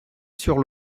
sur